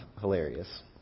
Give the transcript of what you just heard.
hilarious